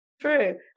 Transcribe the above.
true